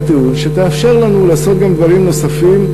טיעון שתאפשר לנו לעשות גם דברים נוספים,